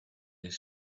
his